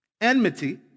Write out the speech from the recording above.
enmity